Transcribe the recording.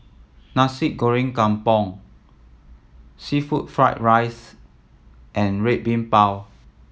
Nasi Goreng Kampung seafood fried rice and Red Bean Bao